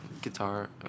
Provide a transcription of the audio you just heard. Guitar